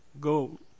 go